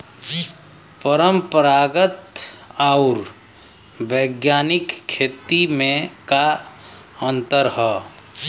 परंपरागत आऊर वैज्ञानिक खेती में का अंतर ह?